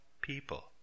people